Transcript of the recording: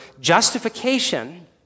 justification